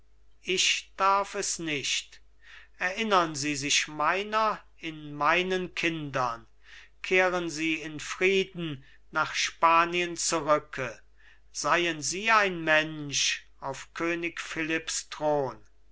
ich darf es nicht erinnern sie sich meiner in meinen kindern kehren sie in frieden nach spanien zurücke seien sie ein mensch auf könig philipps thron